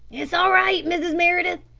it's all right, mrs. meredith,